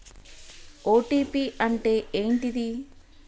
OTP అంటే ఏంటిది?